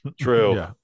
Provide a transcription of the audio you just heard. true